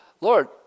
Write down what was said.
Lord